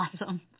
awesome